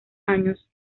años